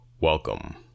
Welcome